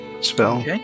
spell